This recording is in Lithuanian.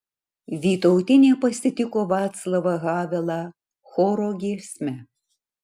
vytautinė pasitiko vaclavą havelą choro giesme